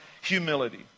humility